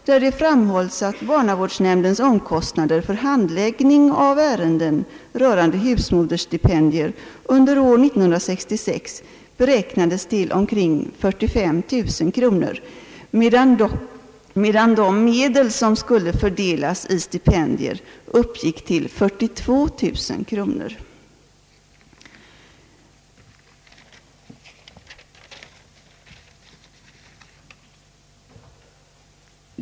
Där framhålles att barnavårdsnämndens omkostnader för handläggning av husmodersstipendier under år 1966 beräknades till omkring 45 000 kr., medan de medel som skulle fördelas i stipendier uppgick till 42 000 kr.